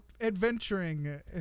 adventuring